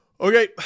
Okay